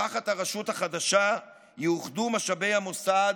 תחת הרשות החדשה יאוחדו משאבי המוסד